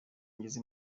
ngeze